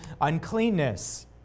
uncleanness